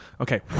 Okay